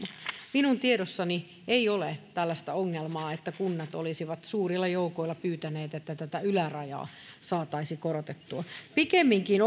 minun tiedossani ei ole tällaista ongelmaa että kunnat olisivat suurilla joukoilla pyytäneet että tätä ylärajaa saataisiin korotettua pikemminkin